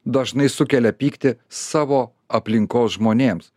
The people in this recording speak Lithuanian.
dažnai sukelia pyktį savo aplinkos žmonėms